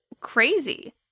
crazy